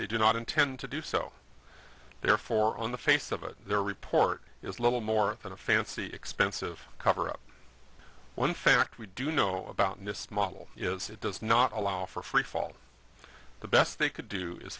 they do not intend to do so therefore on the face of it their report is little more than a fancy expensive cover up one fact we do know about in this model is it does not allow for free fall the best they could do is